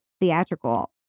theatrical